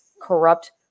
Corrupt